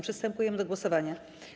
Przystępujemy do głosowania.